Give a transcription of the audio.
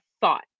thought